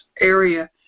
area